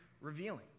revealing